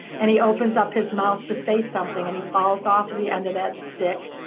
and he opens up his mouth to say something, and he falls off the end of that stick.